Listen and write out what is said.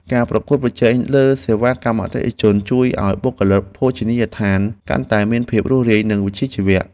ការប្រកួតប្រជែងលើសេវាកម្មអតិថិជន ជួយឱ្យបុគ្គលិកភោជនីយដ្ឋានកាន់តែមានភាពរួសរាយនិងវិជ្ជាជីវៈ។